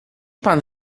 pan